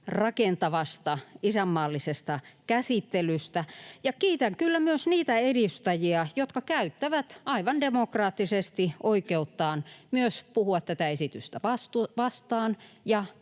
rakentavasta, isänmaallisesta käsittelystä ja kiitän kyllä myös niitä edustajia, jotka käyttävät aivan demokraattisesti oikeuttaan puhua myös tätä esitystä vastaan